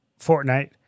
Fortnite